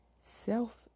self